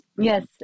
Yes